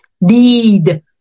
need